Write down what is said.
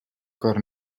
cor